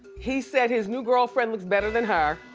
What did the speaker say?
he said his new girlfriend looks better than her.